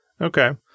Okay